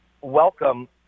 welcome